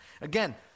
Again